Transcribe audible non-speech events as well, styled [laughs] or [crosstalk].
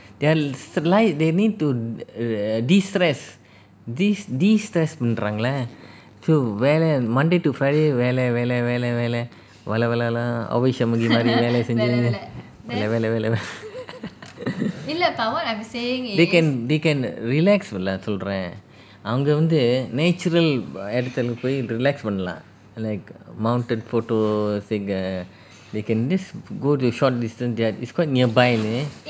there's light they need to err de-stress de~ de-stress பன்றாங்களே:panraangale so வேலை:velai monday to friday வேலை வேலை வேலைவேலை வேலை வேலைஅவ்வை சண்முகி மாதிரி வேலை செஞ்சு:velai velai velai velai velai velai avvai shanmugi mathiri velai senju [laughs] they can they can relax சொல்றேன் அவங்க வந்து:solren avanga vanthu natural இடத்துல போய்:idathula poi relax பண்ணலாம்:pannalam like mountain photo [laughs] they can just go to short distance thei~ it's quite nearby leh